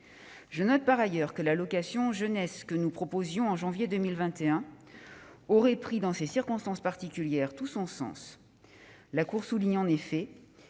Je note, par ailleurs, que l'allocation jeunesse que nous proposions en janvier 2021 aurait pris, dans ces circonstances particulières, tout son sens. La Cour des comptes souligne en effet